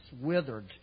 withered